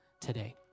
today